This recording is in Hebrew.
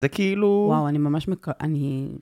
וכאילו וואו אני ממש מקוו.. אני..